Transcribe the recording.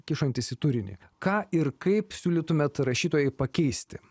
kišantis į turinį ką ir kaip siūlytumėt rašytojai pakeisti